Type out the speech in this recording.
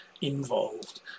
involved